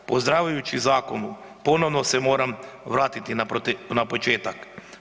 Pozdravljajući zakon ponovno se moram vratiti na početak.